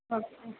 okay